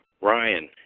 Ryan